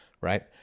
right